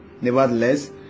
Nevertheless